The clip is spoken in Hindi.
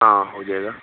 हाँ हो जाएगा